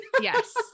Yes